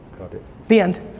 got it. the end.